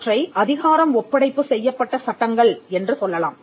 அவற்றை அதிகாரம் ஒப்படைப்பு செய்யப்பட்ட சட்டங்கள் என்று சொல்லலாம்